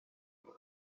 وای